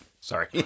Sorry